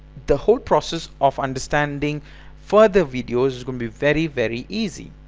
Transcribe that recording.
the whole process of understanding further videos can be very very easy!